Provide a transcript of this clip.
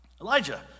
Elijah